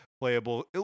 playable